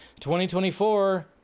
2024